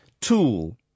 tool